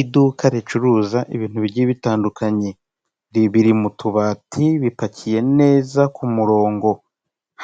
Iduka ricuruza ibintu bigiye bitandukanye biri mu tubati bipakiye neza ku murongo